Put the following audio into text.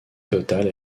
totale